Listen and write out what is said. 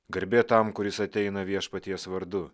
garbė tam kuris ateina viešpaties vardu